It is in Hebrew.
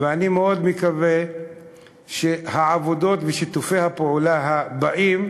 ואני מאוד מקווה שהעבודות ושיתופי הפעולה הבאים